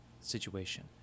situation